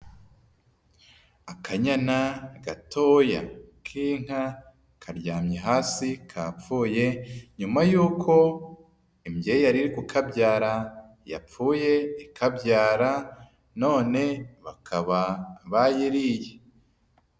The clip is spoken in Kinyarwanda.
Akanyana gatoya k'inka karyamye hasi kapfuye, nyuma y'uko imbyeyi yari iri kukabyara yapfuye ikabyara none bakaba bayiriye.